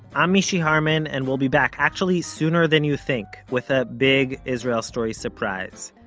i'm mishy harman, and we'll be back, actually sooner than you think, with a big israel story surprise.